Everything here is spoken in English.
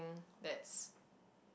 that's